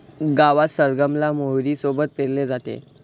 गावात सरगम ला मोहरी सोबत पेरले जाते